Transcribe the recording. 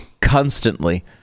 constantly